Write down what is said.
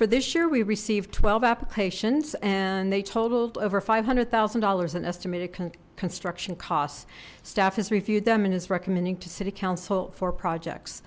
for this year we received twelve applications and they totaled over five hundred thousand dollars in estimated construction costs staff has reviewed them and is recommending to city council for projects